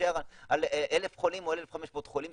שנישאר על 1,000 חולים או 1,500 חולים.